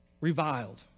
reviled